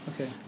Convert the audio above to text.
Okay